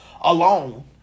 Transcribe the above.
alone